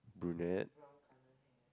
brunette